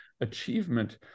achievement